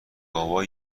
گاوا